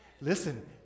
Listen